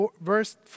verse